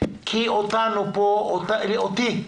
כי אותי,